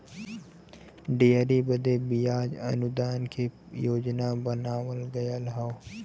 dairy बदे बियाज अनुदान के योजना बनावल गएल हौ